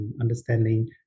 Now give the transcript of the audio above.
understanding